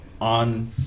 on